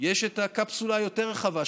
יש את הקפסולה היותר-רחבה,